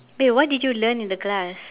wait what did you learn in the class